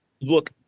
look